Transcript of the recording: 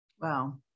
Wow